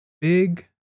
big